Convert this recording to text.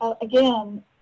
again